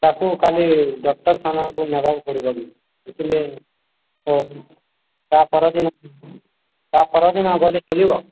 ତାକୁ କାଲି ଡକ୍ଟରଖାନାକୁ ନେବାକୁ ପଡ଼ିବ କି ତା ପରଦିନ ତା ପରଦିନ ଗଲେ ଚଲିବ